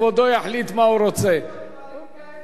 אבל כבודו יודע שעל-פי חוק,